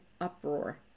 uproar